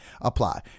apply